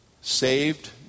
saved